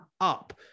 up